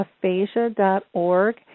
aphasia.org